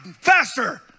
Faster